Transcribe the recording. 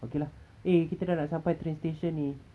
okay lah eh kita dah nak sampai train station ni